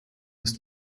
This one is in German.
ist